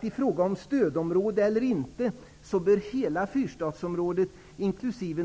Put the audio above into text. I fråga om stödområde eller inte bör hela fyrstadsområdet inkl.